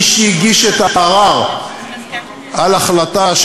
מי שהגיש את הערר על ההחלטה,